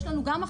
יש לנו עכשיו